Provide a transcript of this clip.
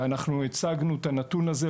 אנחנו הצגנו את הנתון הזה,